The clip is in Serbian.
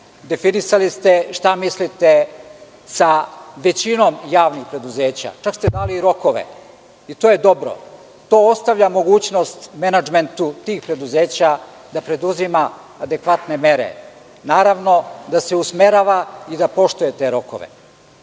definisali ste šta mislite sa većinom javnih preduzeća. Čak ste dali i rokove. I to je dobro. To ostavlja mogućnost menadžmentu tih preduzeća da preduzima adekvatne mere, naravno da se usmerava i da poštuje te rokove. Ako